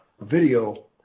video